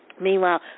Meanwhile